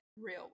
real